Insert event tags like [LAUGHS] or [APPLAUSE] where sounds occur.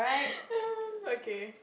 [LAUGHS] okay